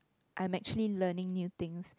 I'm actually learning new things